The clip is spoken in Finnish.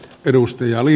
perustaja oli